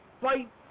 fight